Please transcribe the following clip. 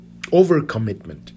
overcommitment